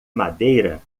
madeira